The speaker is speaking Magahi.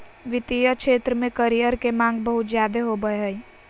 वित्तीय क्षेत्र में करियर के माँग बहुत ज्यादे होबय हय